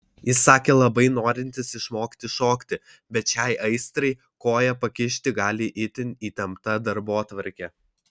jis sakė labai norintis išmokti šokti bet šiai aistrai koją pakišti gali itin įtempta darbotvarkė